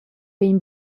vegn